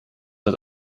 dat